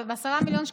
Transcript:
ו-10 מיליון שקלים,